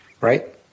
right